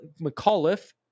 McAuliffe